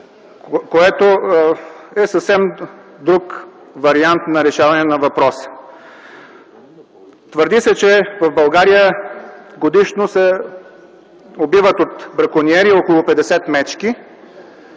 което е съвсем друг вариант за решаване на въпроса. Твърди се, че в България годишно се убиват от бракониери около 50 мечки